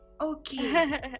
okay